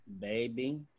Baby